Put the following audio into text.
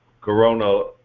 Corona